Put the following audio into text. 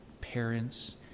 parents